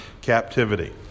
captivity